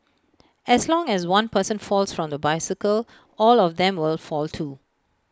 as long as one person falls from the bicycle all of them will fall too